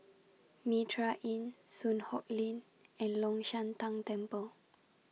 Mitraa Inn Soon Hock Lane and Long Shan Tang Temple